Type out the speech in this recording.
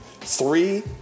three